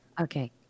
Okay